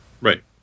Right